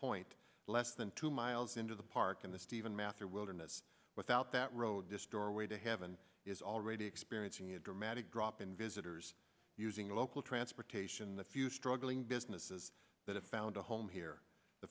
point less than two miles into the park in the steven mathur wilderness without that road destroyer way to heaven is already experiencing a dramatic drop in visitors using a local transportation the few struggling businesses that have found a home here the